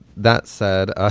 that said, ah